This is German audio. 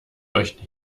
euch